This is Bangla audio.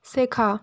শেখা